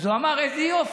אז הוא אמר: איזה יופי,